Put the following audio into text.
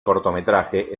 cortometraje